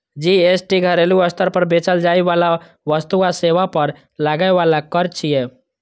GST घरेलू स्तर पर बेचल जाइ बला वस्तु आ सेवा पर लागै बला कर छियै